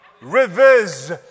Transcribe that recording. Rivers